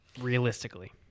realistically